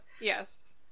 Yes